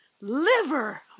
Liver